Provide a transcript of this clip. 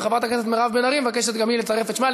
וחברת הכנסת מירב בן ארי מבקשת גם היא לצרף את שמה.